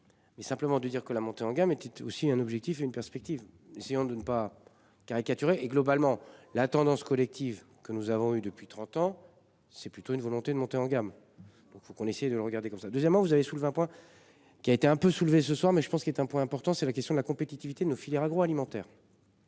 Mais simplement de dire que la montée en gamme et puis aussi un objectif et une perspective si on ne, de ne pas caricaturer et globalement la tendance collective que nous avons eu depuis 30 ans. C'est plutôt une volonté de monter en gamme. Donc faut qu'on essaye de le regarder comme ça, deuxièmement vous avez soulevé un point. Qui a été un peu soulevé ce soir mais je pense qu'il est un point important, c'est la question de la compétitivité de nos filières agro-alimentaire.